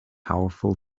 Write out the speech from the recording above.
powerful